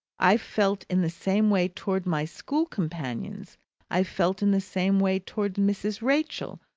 i felt in the same way towards my school companions i felt in the same way towards mrs. rachael,